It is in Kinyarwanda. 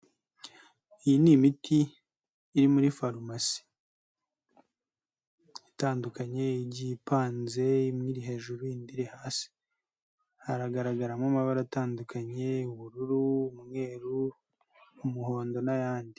Iyi ni imiti iri muri farumasi, itandukanye igiye ipanze, iri hejuru, iyindiri hasi hagaragaramo amabara atandukanye, ubururu, umweru, umuhondo n'ayandi.